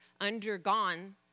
undergone